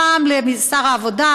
פעם לשר העבודה,